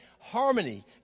harmony